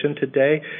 today